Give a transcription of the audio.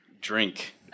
drink